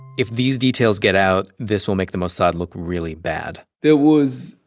if these details get out, this will make the mossad look really bad there was,